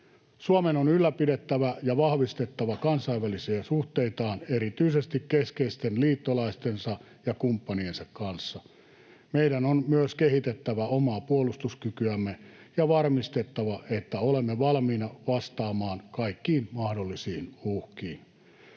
Suomen on ylläpidettävä ja vahvistettava kansainvälisiä suhteitaan, erityisesti keskeisten liittolaistensa ja kumppaniensa kanssa. Meidän on myös kehitettävä omaa puolustuskykyämme ja varmistettava, että olemme valmiina vastaamaan kaikkiin mahdollisiin uhkiin.